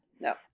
No